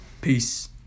Peace